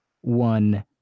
one